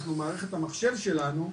אנחנו במערכת המחשב שלנו,